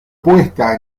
puesta